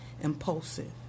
impulsive